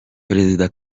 perezida